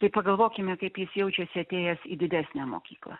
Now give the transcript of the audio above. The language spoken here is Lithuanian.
tai pagalvokime kaip jis jaučiasi atėjęs į didesnę mokyklą